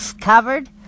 covered